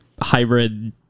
hybrid